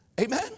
Amen